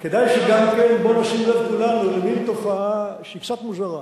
כדאי שגם נשים לב כולנו למין תופעה קצת מוזרה.